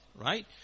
Right